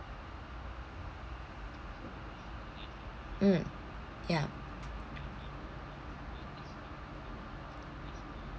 mm ya